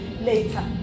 later